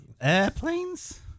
airplanes